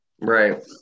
Right